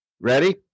ready